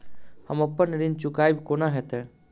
हम अप्पन ऋण चुकाइब कोना हैतय?